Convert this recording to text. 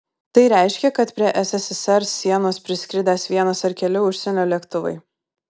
tai reiškė kad prie sssr sienos priskridęs vienas ar keli užsienio lėktuvai